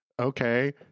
Okay